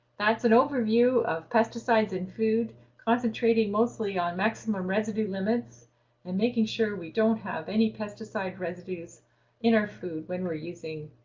that's an overview of pesticides and food, concentrating mostly on maximum residue limits and making sure we don't have any pesticide residues in our food when we're using